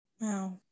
Wow